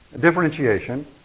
differentiation